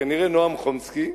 נועם חומסקי,